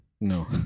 No